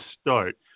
start